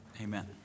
Amen